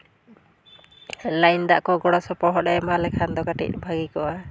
line ᱫᱟᱜ ᱠᱚ ᱜᱚᱲᱚ ᱥᱚᱯᱚᱦᱚᱫᱼᱮ ᱮᱢᱟᱞᱮ ᱠᱷᱟᱱ ᱫᱚ ᱠᱟᱹᱴᱤᱡ ᱵᱷᱟᱹᱜᱤ ᱠᱚᱜᱼᱟ